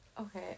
Okay